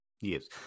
Yes